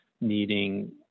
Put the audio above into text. needing